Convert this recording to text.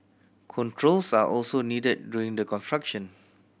controls are also needed during the construction